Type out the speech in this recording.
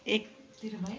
एक